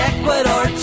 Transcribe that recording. Ecuador